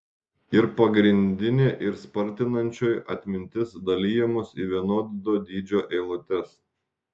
ir pagrindinė ir spartinančioji atmintis dalijamos į vienodo dydžio eilutes